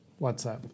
WhatsApp